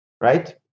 right